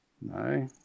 No